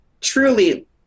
truly